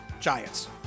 Giants